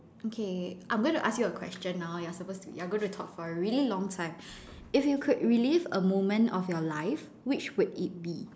okay I'm going to ask you a question now you're supposed to you're gonna to talk for a really long time if you could relive a moment of your life which would it be